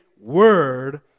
word